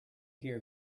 hear